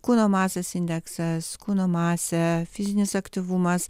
kūno masės indeksas kūno masė fizinis aktyvumas